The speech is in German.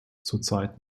zurzeit